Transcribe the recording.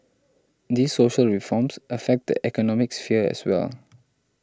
these social reforms affect the economic sphere as well